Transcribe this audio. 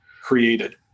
created